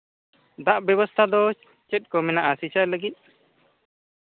ᱫᱟᱜ ᱵᱮᱵᱚᱥᱛᱷᱟ ᱫᱚ ᱪᱮᱫ ᱠᱚ ᱢᱮᱱᱟᱜᱼᱟ ᱪᱟᱥ ᱞᱟᱹᱜᱤᱫ